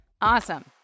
Awesome